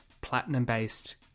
platinum-based